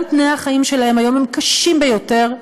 תנאי החיים שלהם היום הם קשים ביותר.